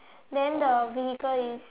then the vehicle is